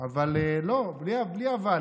אבל לא, בלי "אבל".